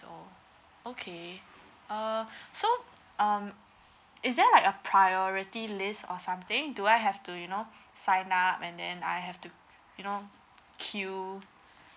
oh okay uh so um is there like a priority list or something do I have to you know sign up and then I have to you know queue